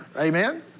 Amen